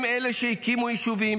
הם אלו שהקימו יישובים,